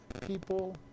people